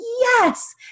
Yes